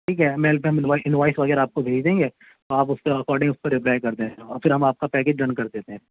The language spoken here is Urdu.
ٹھیک ہے میل پہ ہم انوائس انوائس وغیرہ آپ کو بھیج دیں گے تو آپ اس کے اکاڈنگ اس پر رپلائی کر دینا اور پھر ہم آپ کا پیکج ڈن کر دیتے ہیں